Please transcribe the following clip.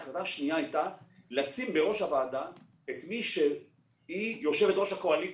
ההחלטה השנייה הייתה לשים בראש הוועדה את מי שהיא יושבת-ראש הקואליציה.